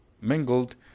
mingled